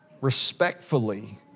respectfully